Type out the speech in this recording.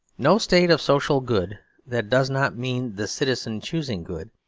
no state of social good that does not mean the citizen choosing good,